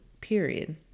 period